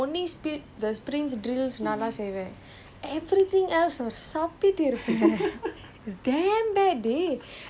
speed மட்டும் தான் நல்லா செய்வேன்:mattum thaan nallaa seyven ah really really only speed the sprints drills நல்லா செய்வேன்:nallaa seyven